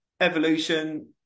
evolution